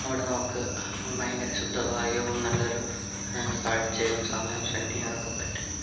അവിടെ നമുക്ക് ഭയങ്കര ശുദ്ധവായുവും നല്ലൊരു കാഴ്ചയും സമയവും സ്പെൻ്റ് ചെയ്യാനൊക്ക പറ്റും